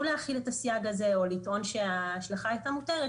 להחיל את הסייג הזה או לטעון שההשלכה הייתה מותרת,